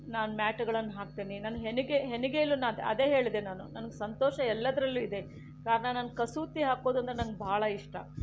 ನಾನು ಮ್ಯಾಟ್ಗಳನ್ನು ಹಾಕ್ತೀನಿ ನನ್ನ ಹೆಣಿಗೆ ಹೆಣಿಗೆಯಲ್ಲೂ ನಾನು ಅದೇ ಹೇಳಿದೆ ನಾನು ನನಗೆ ಸಂತೋಷ ಎಲ್ಲದರಲ್ಲೂ ಇದೆ ಕಾರಣ ನಾನು ಕಸೂತಿ ಹಾಕೋದೆಂದರೆ ನನಗೆ ಬಹಳ ಇಷ್ಟ